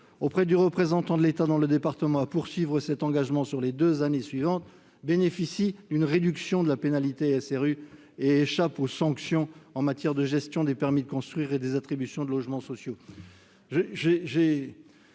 auprès du représentant de l'État dans le département à poursuivre cet effort sur les deux années suivantes bénéficient d'une réduction de la pénalité appliquée au titre de la loi SRU et échappent aux sanctions en matière de gestion des permis de construire et des attributions de logements sociaux.